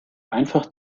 einfach